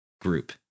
group